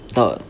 talk